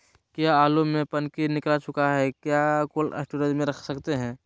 क्या आलु में पनकी निकला चुका हा क्या कोल्ड स्टोरेज में रख सकते हैं?